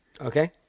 Okay